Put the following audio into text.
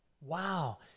Wow